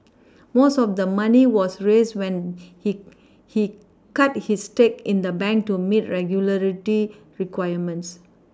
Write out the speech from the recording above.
most of the money was raised when he he cut his stake in the bank to meet regulatory requirements